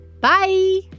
bye